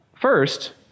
First